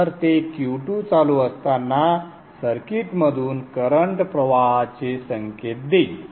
तर ते Q2 चालू असताना सर्किटमधून करंट प्रवाहाचे संकेत देईल